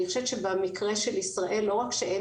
אני חושבת שבמקרה של ישראל לא רק שאין